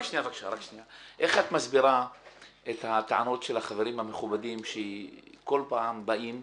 איך את מסבירה את הטענות של החברים המכובדים שכל פעם באים.